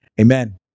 amen